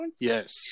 Yes